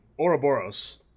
Ouroboros